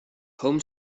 home